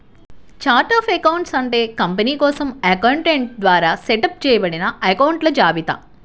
chart of accounts అంటే company కోసం accountant ద్వారా సెటప్ చేయబడిన అకొంట్ల జాబితా